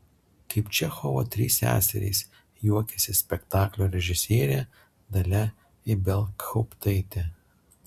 kaip čechovo trys seserys juokiasi spektaklio režisierė dalia ibelhauptaitė